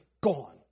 gone